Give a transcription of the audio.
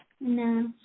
No